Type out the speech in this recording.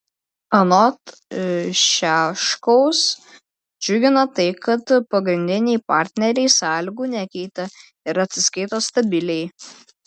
anot šiaškaus džiugina tai kad pagrindiniai partneriai sąlygų nekeitė ir atsiskaito stabiliai